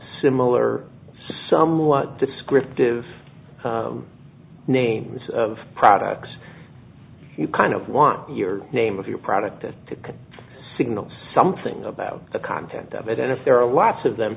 similar someone descriptive names of products you kind of want your name of your product to signal something about the content of it and if there are lots of them